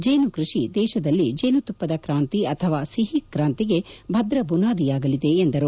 ಜೇನು ಕೃಷಿ ದೇಶದಲ್ಲಿ ಜೇನುತುಪ್ಪದ ಕ್ರಾಂತಿ ಅಥವಾ ಸಿಹಿ ಕ್ರಾಂತಿಗೆ ಭದ್ರ ಬುನಾದಿಯಾಗಲಿದೆ ಎಂದರು